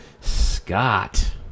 Scott